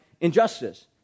injustice